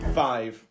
five